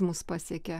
mus pasiekė